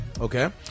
Okay